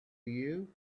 you